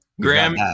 graham